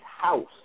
house